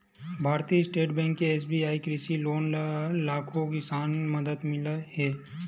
भारतीय state bank के SBI कृषि लोन ले लाखो किसान ल मदद मिले हे